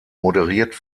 moderiert